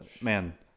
man